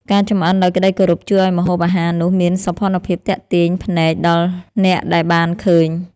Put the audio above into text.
ការចម្អិនដោយក្តីគោរពជួយឱ្យម្ហូបអាហារនោះមានសោភ័ណភាពទាក់ទាញភ្នែកដល់អ្នកដែលបានឃើញ។